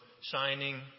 shining